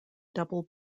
double